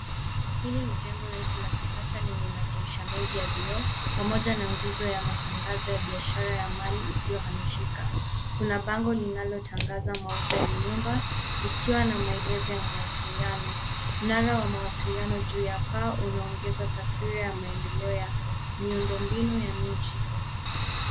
Hili ni jengo refu la kisasa lenye madirisha mengi ya vioo pamoja na nguzo ya matangazo ya biashara ya mali isiyohamishika. Kuna bango linalotangaza mauzo ya nyumba likiwa na maelezo ya mawasiliano. Mnara wa mawasiliano juu ya paa unaongeza taswira ya maendeleo ya miundo mbinu ya miji.